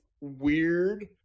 weird